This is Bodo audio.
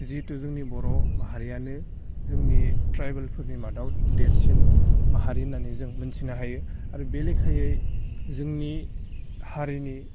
जिहेथु जोंनि बर' माहारियानो जोंनि ट्राइबेलफोरनि मादाव देरसिन माहारि होननानै जों मोनथिनो हायो आरो बे लेखायै जोंनि हारिनि